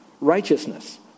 Righteousness